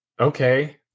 Okay